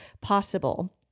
possible